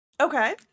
Okay